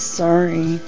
sorry